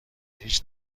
هیچ